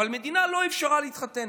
אבל המדינה לא אפשרה להתחתן.